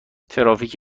ترافیک